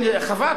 החווה,